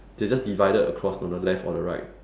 they're just divided across on the left or the right